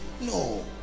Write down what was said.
no